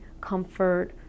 comfort